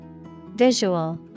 Visual